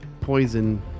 poison